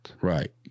Right